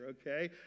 okay